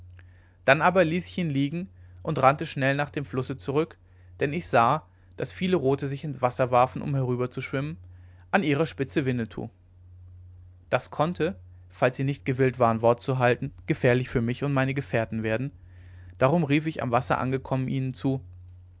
dann aber ließ ich ihn liegen und rannte schnell nach dem flusse zurück denn ich sah daß viele rote sich ins wasser warfen um herüberzuschwimmen an ihrer spitze winnetou das konnte falls sie nicht gewillt waren wort zu halten gefährlich für mich und meine gefährten werden darum rief ich am wasser angekommen ihnen zu